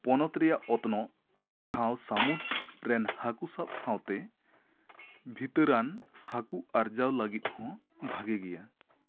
ᱯᱚᱱᱚᱛ ᱨᱮᱭᱟᱜ ᱚᱛᱱᱚᱜ ᱴᱷᱟᱶ ᱥᱟᱢᱩᱫᱽ ᱨᱮᱱ ᱦᱟᱹᱠᱩ ᱥᱟᱵ ᱥᱟᱶᱛᱮ ᱵᱷᱤᱛᱟᱹᱨᱟᱱ ᱦᱟᱹᱠᱩ ᱟᱨᱡᱟᱣ ᱞᱟᱹᱜᱤᱫ ᱦᱚᱸ ᱵᱷᱟᱜᱮ ᱜᱮᱭᱟ